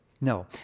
no